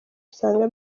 usanga